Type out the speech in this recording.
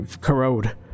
corrode